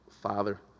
father